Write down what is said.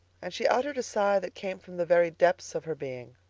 and she uttered a sigh that came from the very depths of her being.